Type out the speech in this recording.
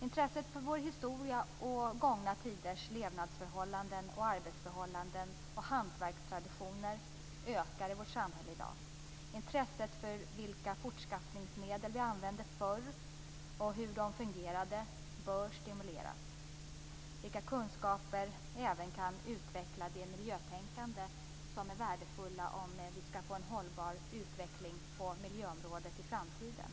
Intresset för vår historia och gångna tiders levnadsförhållanden, arbetsförhållanden och hantverkstraditioner ökar i vårt samhälle i dag. Intresset för vilka fortskaffningsmedel som man använde förr och hur de fungerade bör stimuleras. Sådana kunskaper kan även utveckla det miljötänkande som är värdefullt om vi skall få en hållbar utveckling på miljöområdet i framtiden.